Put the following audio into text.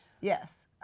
Yes